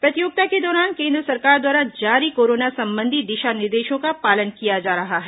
प्रतियोगिता के दौरान केन्द्र सरकार द्वारा जारी कोरोना संबंधी दिशा निर्देशों का पालन किया जा रहा है